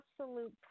absolute